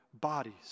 bodies